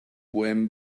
buen